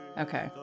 Okay